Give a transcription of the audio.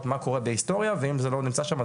מה קורה בהיסטוריה ואם זה לא נמצא שם,